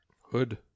Hood